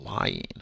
lying